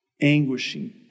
anguishing